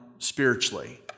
spiritually